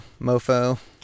MoFo